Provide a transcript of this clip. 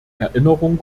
erinnerung